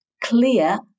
clear